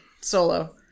Solo